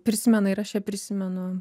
prisimena ir aš ją prisimenu